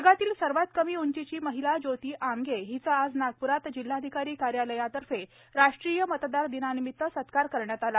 जगातील सर्वात कमी उंचीची महिला ज्योती आमगे हिचा आज नागप्रात जिल्हाधिकारी कार्यालयातर्फे राष्ट्रीय मतदार दिनानिमित सत्कार करण्यात आला